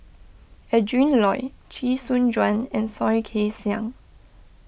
Adrin Loi Chee Soon Juan and Soh Kay Siang